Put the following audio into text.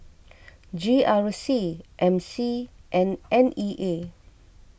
G R C M C and N E A